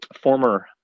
former